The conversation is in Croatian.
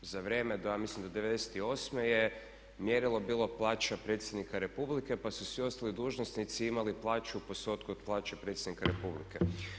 Za vrijeme ja mislim do '98. je mjerilo bilo plaća predsjednika Republike pa su svi ostali dužnosnici imali plaću u postotku od plaće predsjednika Republike.